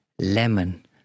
lemon